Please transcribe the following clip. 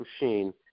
machine